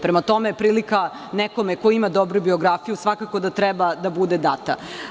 Prema tome, prilika nekome ko ima dobru biografiju, svakako da treba da bude data.